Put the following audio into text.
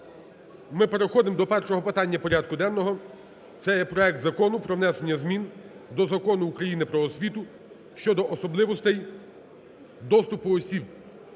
Ми переходимо до першого питання порядку денного це є проект Закону про внесення змін до Закону України "Про освіту" щодо особливостей доступу осіб